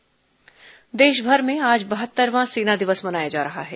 सेना दिवस देशभर में आज बहत्तरवां सेना दिवस मनाया जा रहा है